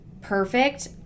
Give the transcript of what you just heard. perfect